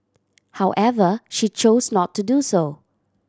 however she chose not to do so